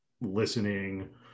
listening